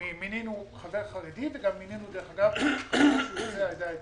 מינינו שם חבר חרדי וחבר יוצא העדה האתיופית.